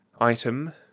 Item